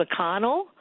McConnell